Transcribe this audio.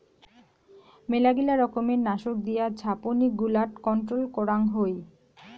মেলগিলা রকমের নাশক দিয়া ঝাপনি গুলাট কন্ট্রোল করাং হই